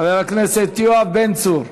חבר הכנסת יואב בן צור.